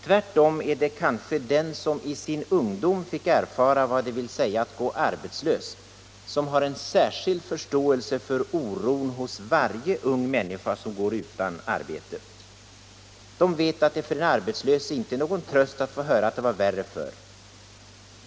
Tvärtom är det kanske de som i sin ungdom fick erfara vad det vill säga att gå arbetslös som har en särskild förståelse för oron hos varje ung människa som går utan arbete. De vet att det för den arbetslöse inte är någon tröst att få höra att det var värre förr.